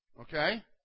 Okay